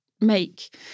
make